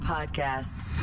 Podcasts